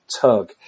tug